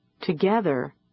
Together